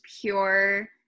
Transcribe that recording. pure